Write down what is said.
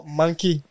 monkey